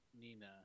Nina